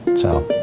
so.